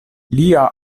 lia